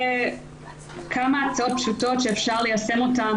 אלה כמה הצעות פשוטות שאפשר ליישם אותן